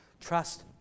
Trust